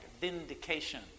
Vindication